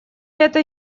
это